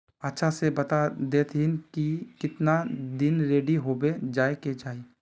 अच्छा से बता देतहिन की कीतना दिन रेडी होबे जाय के चही?